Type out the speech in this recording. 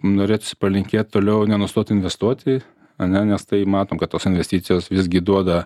norėtųsi palinkėt toliau nenustot investuoti ane nes tai matom kad tos investicijos visgi duoda